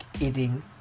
eating